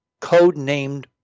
codenamed